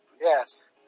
Yes